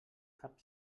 cap